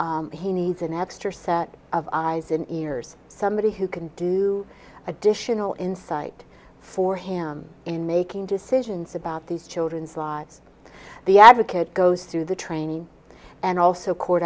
feels he needs an extra set of eyes and ears somebody who can do additional insight for him in making decisions about these children's lives the advocate goes through the training and also court